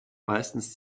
meistens